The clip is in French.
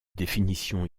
définition